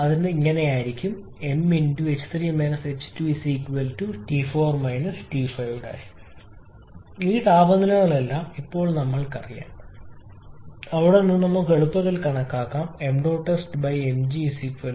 അതിനാൽ ഇത് ഇതായിരിക്കും 𝑚 ℎ3 ℎ2 𝑇4 𝑇5 ′ ഈ താപനിലകളെല്ലാം ഇപ്പോൾ ഞങ്ങൾക്കറിയാം അവിടെ നിന്ന് നിങ്ങൾക്ക് എളുപ്പത്തിൽ കണക്കാക്കാം 𝑚̇𝑠𝑚̇𝑔 0